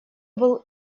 был